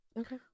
Okay